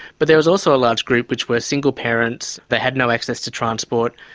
but there was also a large group which were single parents, they had no access to transport.